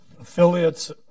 Affiliates